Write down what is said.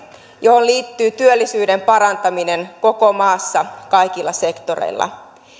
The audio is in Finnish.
johon liittyy työllisyyden parantaminen koko maassa kaikilla sektoreilla